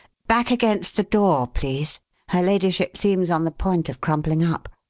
back against the door, please her ladyship seems on the point of crumpling up.